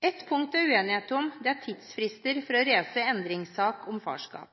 Ett punkt det er uenighet om, er tidsfrister for å reise endringssak om farskap.